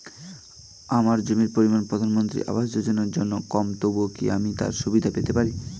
আমার জমির পরিমাণ প্রধানমন্ত্রী আবাস যোজনার জন্য কম তবুও কি আমি তার সুবিধা পেতে পারি?